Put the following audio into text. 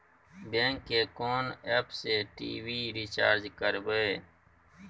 Bank के कोन app से टी.वी रिचार्ज करबे?